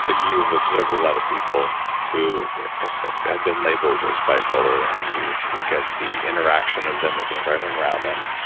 ah you've observed a lot of people who had been labeled as bipolar and you look at the interaction of them with the environment around them?